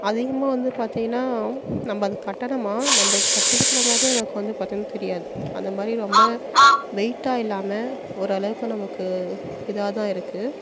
அதிகமாக வந்து பார்த்திங்கனா நம்ப அதை கட்டனமா நம்ப கட்டிருக்குறமாதிரி நமக்கு வந்து பார்த்தா தெரியாது அந்தமாதிரி ரொம்ப வெயிட்டாக இல்லாமல் ஓரளவுக்கு நமக்கு இதாகதான் இருக்கு